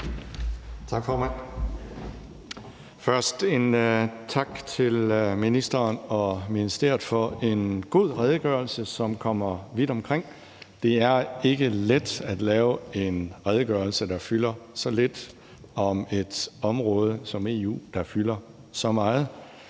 Tak, formand. Først en tak til ministeren og ministeriet for en god redegørelse, som kommer vidt omkring. Det er ikke let at lave en redegørelse, der fylder så lidt, om et område som EU, der fylder så meget,